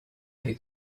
this